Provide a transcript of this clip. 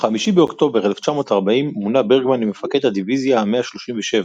ב-5 באוקטובר 1940 מונה ברגמן למפקד הדיוויזיה ה-137,